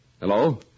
Hello